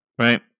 Right